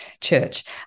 church